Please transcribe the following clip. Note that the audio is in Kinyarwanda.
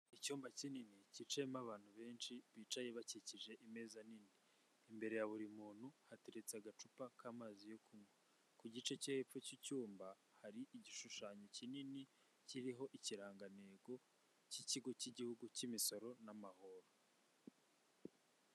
Icyumba kinini kicayemo abantu benshi bicaye bakikije imeza nini, imbere ya buri muntu hateretse agacupa k'amazi yo kunywa, ku gice cy'epfo cy'icyumba hari igishushanyo kinini kiriho ikirangantego cy'ikigo cy'igihugu cy'imisoro n'amahoro.